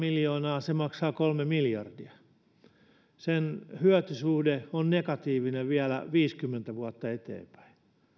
miljoonaa se maksaa kolme miljardia sen hyötysuhde on negatiivinen vielä viisikymmentä vuotta eteenpäin